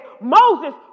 Moses